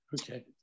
Okay